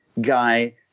guy